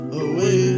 away